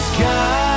Sky